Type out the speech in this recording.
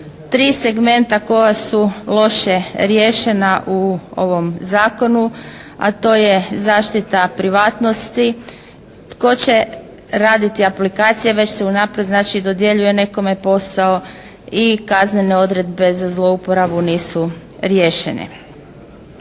tri segmenta koja su loše riješena u ovom zakonu, a to je zaštita privatnosti. Tko će raditi aplikacije već se unaprijed znači dodjeljuje nekome posao i kaznene odredbe za zlouporabu nisu riješene.